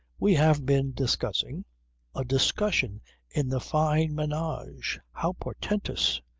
we have been discussing a discussion in the fyne menage! how portentous!